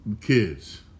kids